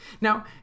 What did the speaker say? Now